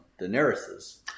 Daenerys's